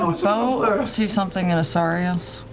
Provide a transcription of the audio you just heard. ah so see something in asarius?